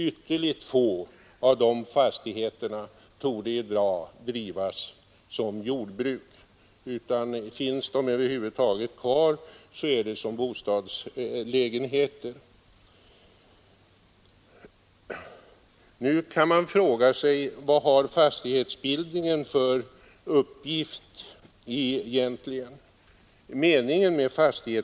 Ytterligt få av de fastigheterna torde i dag drivas som jordbruk; finns de över huvud taget kvar är det som Nu kan man fråga sig vad fastighetsbildning egentligen har för uppgift.